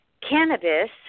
Cannabis